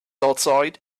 outside